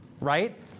right